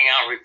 out